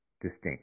distinct